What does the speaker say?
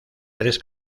tres